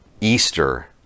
Easter